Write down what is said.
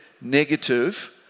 negative